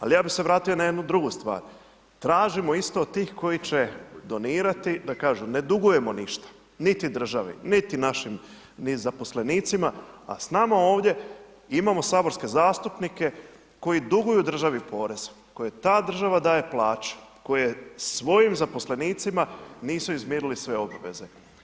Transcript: Ali ja bih se vratio na jednu drugu stvar, tražimo isto od tih koji će donirati da kažu ne dugujemo ništa, niti državi niti našim, ni zaposlenicima a s nama ovdje imamo saborske zastupnike koji duguju državi porez, koje ta država daje plaću, koje svojim zaposlenicima nisu izmirili sve obaveze.